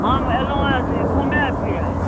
हम अयलहुॅं ऐॅं घुमै फिरै लए